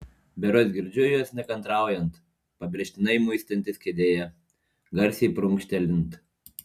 berods girdžiu jus nekantraujant pabrėžtinai muistantis kėdėje garsiai prunkštelint